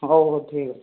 ହଉ ହଉ ଠିକ ଅଛି